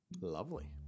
Lovely